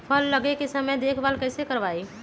फल लगे के समय देखभाल कैसे करवाई?